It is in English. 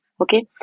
Okay